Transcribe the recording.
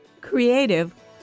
creative